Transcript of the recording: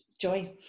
joy